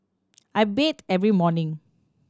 I bathe every morning